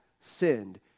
sinned